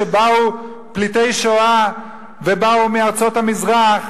שבאו פליטי שואה ובאו מארצות המזרח,